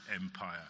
empire